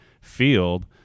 field